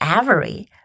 Avery